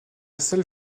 salle